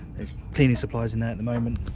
there's cleaning supplies in there at the moment,